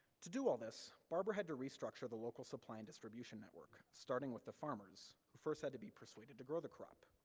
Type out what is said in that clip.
to do all this, barber had to restructure the local supply and distribution network, starting with the farmers, who first had to be persuaded to grow the crop.